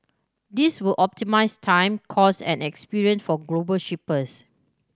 this will optimise time cost and experience for global shippers